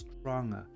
stronger